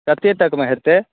कतेक तकमे हेतै